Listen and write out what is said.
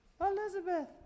Elizabeth